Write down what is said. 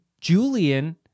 Julian